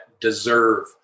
deserve